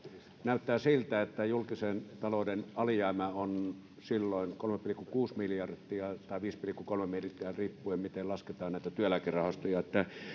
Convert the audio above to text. näyttää siltä että julkisen talouden alijäämä on silloin kolme pilkku kuusi miljardia tai viisi pilkku kolme miljardia riippuen miten lasketaan näitä työeläkerahastoja